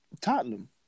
Tottenham